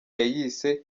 yayise